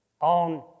on